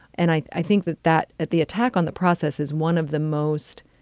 and i i think that that at the attack on the process is one of the most.